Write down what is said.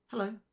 Hello